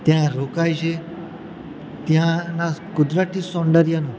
ત્યાં રોકાય છે ત્યાંના કુદરતી સૌંદર્યનો